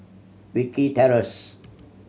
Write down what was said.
Wilkie Terrace